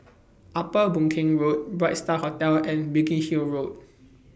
Upper Boon Keng Road Bright STAR Hotel and Biggin Hill Road